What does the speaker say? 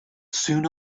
soon